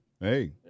Hey